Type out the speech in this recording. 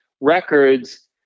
Records